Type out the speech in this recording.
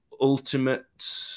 ultimate